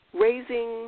raising